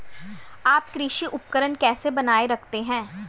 आप कृषि उपकरण कैसे बनाए रखते हैं?